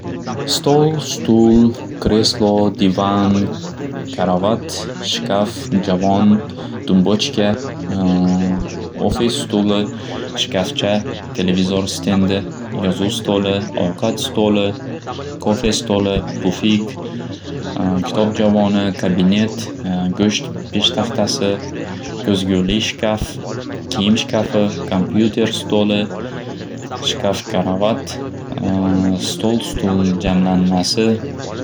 Stol, stul, kreslo, divan, karavat, shkaf, javon, dumbochka, ofis stuli, shkafcha, televizor stendi, yozuv stoli, ovqat stoli, qo'fe stoli, pufik, kitob javoni, qabinet, go'sht peshtaxtasi, ko'zguli shkaf, kiyim shkafi, kompyuter stoli, shkaf, karavat, stol stul jamlanmasi.